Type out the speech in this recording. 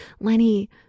Lenny